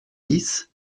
dix